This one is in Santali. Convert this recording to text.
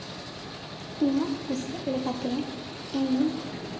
ᱤᱧᱟᱹᱜ ᱠᱩᱥᱤᱭᱟᱜ ᱞᱮᱠᱟᱛᱮ ᱤᱧ ᱫᱚ